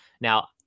now